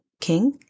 king